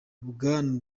bwana